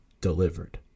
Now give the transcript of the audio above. delivered